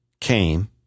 came